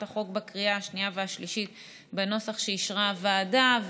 החוק בקריאה השנייה והשלישית בנוסח שאישרה הוועדה.